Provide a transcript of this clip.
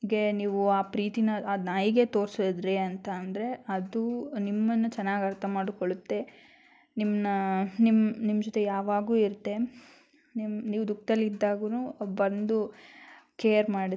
ಗೆ ನೀವು ಆ ಪ್ರೀತಿನ ಅದು ನಾಯಿಗೆ ತೋರಿಸಿದ್ರಿ ಅಂತ ಅಂದರೆ ಅದು ನಿಮ್ಮನ್ನು ಚೆನ್ನಾಗಿ ಅರ್ಥ ಮಾಡ್ಕೊಳ್ಳುತ್ತೆ ನಿಮ್ಮನ್ನ ನಿಮ್ಮ ನಿಮ್ಮ ಜೊತೆ ಯಾವಾಗ್ಲು ಇರತ್ತೆ ನಿಮ್ಮ ನೀವು ದುಃಖದಲ್ಲಿದ್ದಾಗುನೂ ಬಂದು ಕೇರ್ ಮಾಡುತ್ತೆ